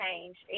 changed